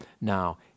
now